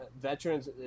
veterans